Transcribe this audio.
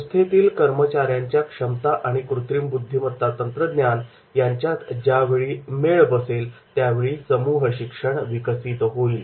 संस्थेतील कर्मचाऱ्यांच्या क्षमता आणि कृत्रिम बुद्धिमत्ता तंत्रज्ञान यांच्यात ज्यावेळी मेळ बसेल त्यावेळी समूह शिक्षण विकसित होईल